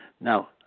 Now